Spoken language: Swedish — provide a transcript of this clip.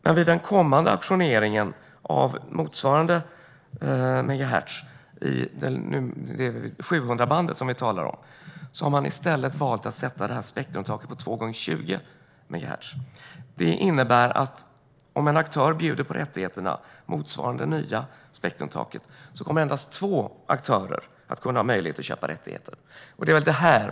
Men för den kommande auktioneringen av motsvarande megahertz, 700-bandet som vi talar om, har man i stället valt att sätta spektrumtaket vid 2 gånger 20 megahertz. Det innebär att om en aktör bjuder på rättigheterna till motsvarande det nya spektrumtaket kommer endast två aktörer att ha möjlighet att köpa rättigheter.